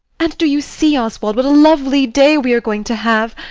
and do you see, oswald, what a lovely day we are going to have?